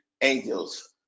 angels